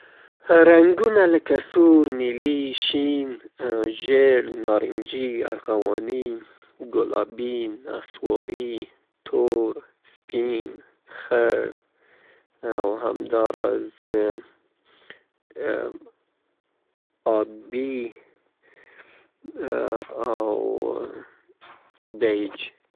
رنګونه لکه سور، نیلي، شین، ژیړ، نارنجي، ارغواني، ګلابي، نصواري، تور، سپین، خړ، فیروزه يي او خاکستري.